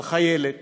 על חיילת